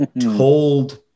told